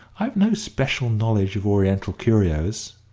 i've no special knowledge of oriental curios.